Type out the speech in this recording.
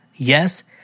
Yes